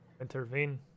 intervene